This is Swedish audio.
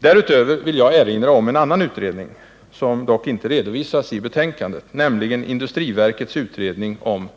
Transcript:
Jag vill också erinra om en annan utredning, som dock inte redovisas i betänkandet, nämligen industriverkets utredning om